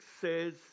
says